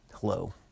hello